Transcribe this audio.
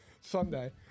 Sunday